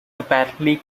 apparently